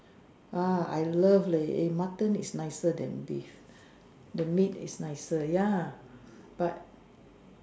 ah I love leh eh Mutton is nicer than beef the meat is nicer ya but